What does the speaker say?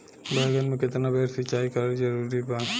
बैगन में केतना बेर सिचाई करल जरूरी बा?